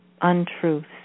untruths